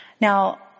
Now